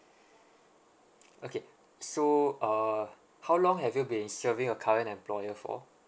okay so uh how long have you been serving your current employer for